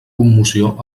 commoció